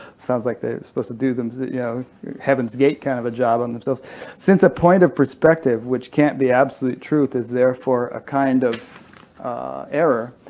sounds like they're supposed to do a yeah heaven's gate kind of a job on themselves since a point of perspective which can't be absolute truth is there for a kind of error,